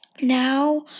Now